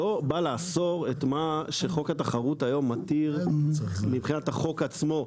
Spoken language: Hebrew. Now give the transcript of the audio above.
לא בא לאסור את מה שחוק התחרות היום מתיר מבחינת החוק עצמו.